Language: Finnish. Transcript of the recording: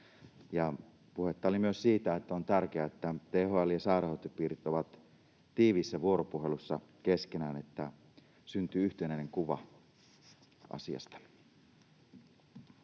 Puhetta oli myös siitä, että on tärkeää, että THL ja sairaanhoitopiirit ovat tiiviissä vuoropuhelussa keskenään, että syntyy yhtenäinen kuva asiasta.